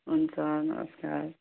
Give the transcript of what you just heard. हुन्छ नमस्कार